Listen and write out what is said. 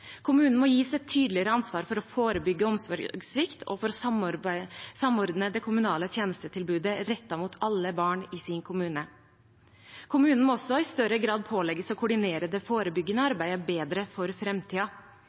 må gis et tydeligere ansvar for å forebygge omsorgssvikt og for å samordne det kommunale tjenestetilbudet rettet mot alle barn i sin kommune. Kommunen må også i større grad pålegges å koordinere det forebyggende arbeidet bedre for